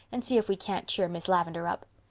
and see if we can't cheer miss lavendar up.